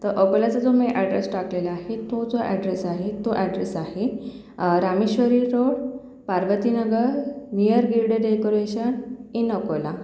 तर अकोलाचा जो मी अॅड्रेस टाकलेला आहे तो जो अॅड्रेस आहे तो अॅड्रेस आहे Rameshwari road Parvati Nagar near Girde decoration in Akola